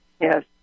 yes